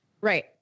Right